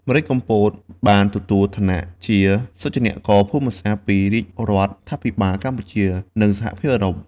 ម្រេចកំពត បានទទួលឋានៈជាសុចនាករភូមិសាស្រ្តពីរាជរដ្ឋាភិបាលកម្ពុជា និងពីសហភាពអឺរ៉ុប។